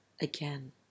again